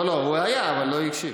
לא, הוא היה, אבל לא הקשיב.